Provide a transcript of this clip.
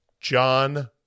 John